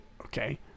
okay